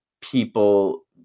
people